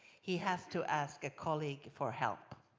he has to ask a colleague for help